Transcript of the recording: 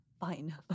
Fine